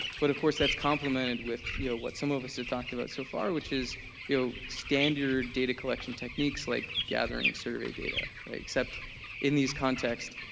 but of course that's complemented with yeah what some of us have talked about so far, which is you know standard data collection techniques, like gathering survey data, right, except in these context,